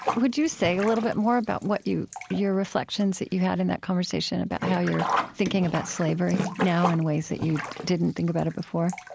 would you say a little bit more about what you your reflections that you had in that conversation about how you're thinking about slavery now in ways that you didn't think about it before?